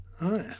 Right